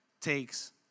takes